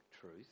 truth